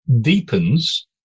deepens